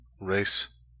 race